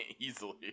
Easily